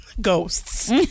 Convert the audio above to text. ghosts